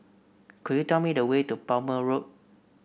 could you tell me the way to Palmer Road